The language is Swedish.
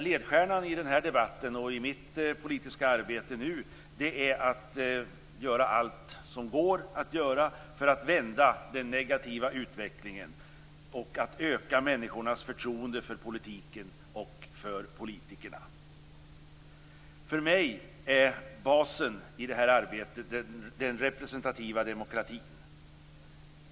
Ledstjärnan i den här debatten och i mitt politiska arbete nu är att göra allt som går för att vända den negativa utvecklingen och öka människornas förtroende för politiken och politikerna. För mig är basen i det här arbetet den representativa demokratin.